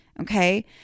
Okay